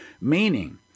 Meaning